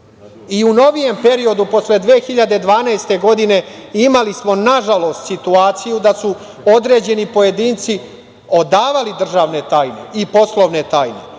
novijem periodu, posle 2012. godine, imali smo, nažalost, situaciju da su određeni pojedinci odavali državne i poslovne tajne